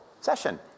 session